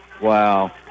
Wow